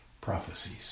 prophecies